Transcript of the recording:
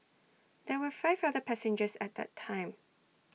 there were five other passengers at A time